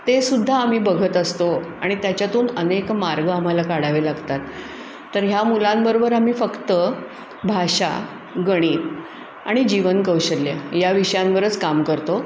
तेसुद्धा आम्ही बघत असतो आणि त्याच्यातून अनेक मार्ग आम्हाला काढावे लागतात तर ह्या मुलांबरोबर आम्ही फक्त भाषा गणित आणि जीवनकौशल्य या विषयांवरच काम करतो